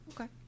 okay